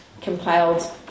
compiled